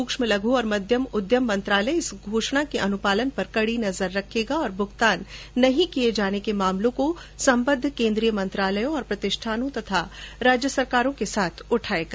सूक्ष्म लघु और मध्यम उद्यम मंत्रालय इस घोषणा के अनुपालन पर कड़ी नजर रखेगा और भुगतान नहीं किए जाने के मामलों को संबद्ध केंद्रीय मंत्रालयों और प्रतिष्ठानों तथा राज्य सरकारों के साथ उठाएगा